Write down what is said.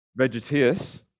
Vegetius